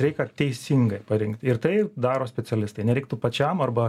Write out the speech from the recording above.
reikia teisingai parinkti ir tai daro specialistai nereiktų pačiam arba